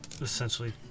essentially